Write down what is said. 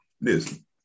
Listen